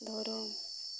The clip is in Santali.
ᱫᱷᱚᱨᱚᱢ